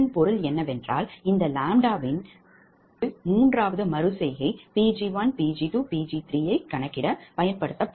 இதன் பொருள் இந்த ʎ உடன் நீங்கள் இப்போது மூன்றாவது மறு செய்கை Pg1Pg2Pg3 ஐக் கணக்கிடலாம்